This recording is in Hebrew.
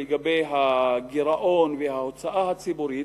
לגבי הגירעון וההוצאה הציבורית,